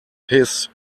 his